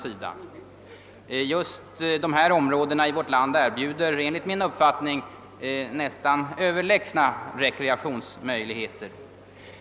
Just dessa områden i vårt land erbjuder enligt min uppfattning överlägsna rekreationsmöjligheter.